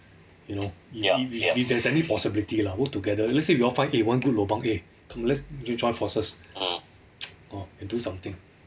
you know if if if there's any possibility lah work together let's say you want find one good lobang eh come let's join forces hor and do something